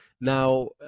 Now